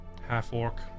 half-orc